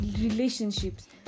relationships